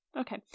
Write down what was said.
Okay